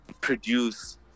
produce